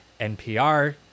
NPR